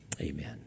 Amen